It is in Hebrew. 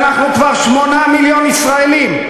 כשאנחנו כבר 8 מיליון ישראלים,